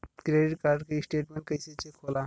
Credit card के statement कइसे check होला?